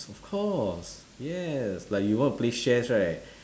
of course yes like you want to play shares right